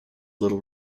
little